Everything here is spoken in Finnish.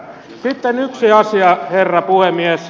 sitten yksi asia herra puhemies